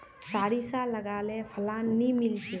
सारिसा लगाले फलान नि मीलचे?